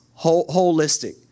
holistic